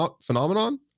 phenomenon